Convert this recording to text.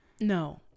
No